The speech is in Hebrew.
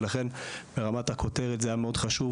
ולכן ברמת הכותרת זה היה מאוד חשוב,